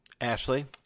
Ashley